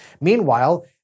Meanwhile